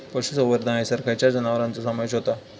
पशुसंवर्धन हैसर खैयच्या जनावरांचो समावेश व्हता?